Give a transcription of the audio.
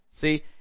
See